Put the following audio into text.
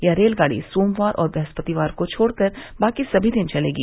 यह रेलगाड़ी सोमवार और बृहस्पतिवार को छोड़कर बाकी समी दिन चलेगी